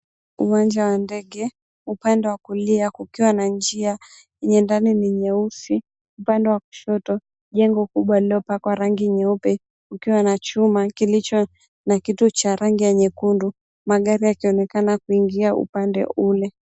Uwanja wa ndege, upande wa kulia kukiwa na njia yenye ndani ni nyeusi, upande wa kushoto jengo kubwa lililopakwa rangi nyeupe. Kukiwa na chuma kilicho na kitu cha rangi ya nyekundu, magari yakionekana kuingia upande ule.